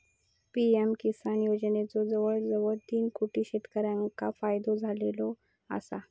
PM किसान योजनेचो जवळजवळ तीन कोटी शेतकऱ्यांका फायदो झालेलो आसा